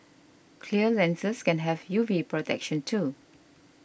clear lenses can have U V protection too